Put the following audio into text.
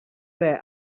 their